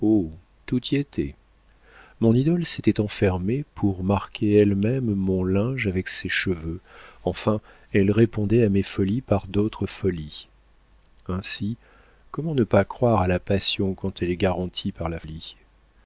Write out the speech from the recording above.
tout y était mon idole s'était enfermée pour marquer elle-même mon linge avec ses cheveux enfin elle répondait à mes folies par d'autres folies ainsi comment ne pas croire à la passion quand elle est garantie par la folie